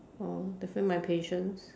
oh definitely my patience